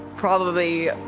probably,